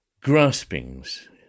Graspings